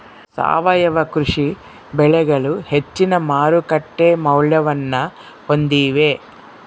ಸಾವಯವ ಕೃಷಿ ಬೆಳೆಗಳು ಹೆಚ್ಚಿನ ಮಾರುಕಟ್ಟೆ ಮೌಲ್ಯವನ್ನ ಹೊಂದಿವೆ